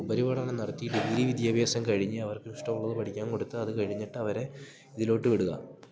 ഉപരിപഠനം നടത്തി ഡിഗ്രി വിദ്യാഭ്യാസം കഴിഞ്ഞ് അവർക്കിഷ്ടം ഉള്ളത് പഠിക്കാൻ കൊടുത്ത് അത് കഴിഞ്ഞിട്ട് അവരെ ഇതിലോട്ട് വിടുക